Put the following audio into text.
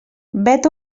vet